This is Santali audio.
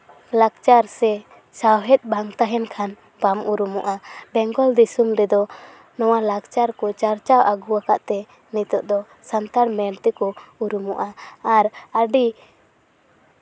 ᱞᱟᱠᱪᱟᱨ ᱥᱮ ᱥᱟᱶᱦᱮᱫ ᱵᱟᱝ ᱛᱟᱦᱮᱸᱱ ᱠᱷᱟᱱ ᱵᱟᱢ ᱩᱨᱩᱢᱚᱜᱼᱟ ᱵᱮᱝᱜᱚᱞ ᱫᱤᱥᱚᱢ ᱨᱮᱫᱚ ᱱᱚᱶᱟ ᱞᱟᱠᱪᱟᱨ ᱠᱚ ᱪᱟᱨᱪᱟᱣ ᱟᱹᱜᱩᱣᱟᱠᱟᱫ ᱛᱮ ᱱᱤᱛᱳᱜ ᱫᱚ ᱥᱟᱱᱛᱟᱲ ᱢᱮᱱᱛᱮᱠᱚ ᱩᱨᱩᱢᱚᱜᱼᱟ ᱟᱨ ᱟᱹᱰᱤ